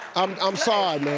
i'm um sorry,